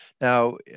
Now